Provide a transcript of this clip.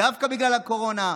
דווקא בגלל הקורונה.